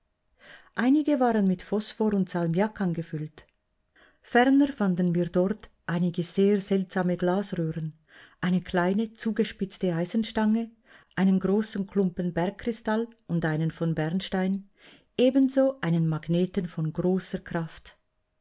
einige waren mit phosphor und salmiak angefüllt ferner fanden wir dort einige sehr seltsame glasröhren eine kleine zugespitzte eisenstange einen großen klumpen bergkristall und einen von bernstein ebenso einen magneten von großer kraft